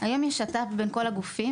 היום יש שת"פ בין כל הגופים.